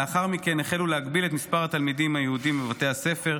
לאחר מכן החלו להגביל את מספר התלמידים היהודים בבתי הספר,